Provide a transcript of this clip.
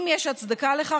אם יש הצדקה לכך,